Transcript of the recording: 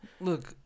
Look